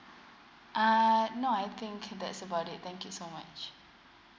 uh no I think that's about it thank you so much